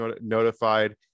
notified